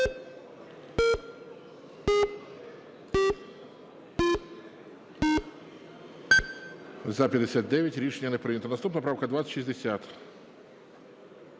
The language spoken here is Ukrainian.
За-59 Рішення не прийнято. Наступна правка 2060.